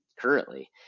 currently